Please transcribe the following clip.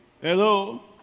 Hello